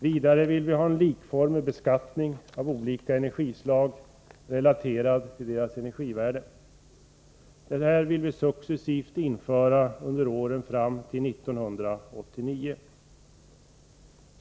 Vidare vill vi ha en likformig beskattning av olika energislag relaterad till deras energivärde. Detta vill vi successivt införa under åren fram till 1989.